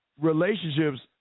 relationships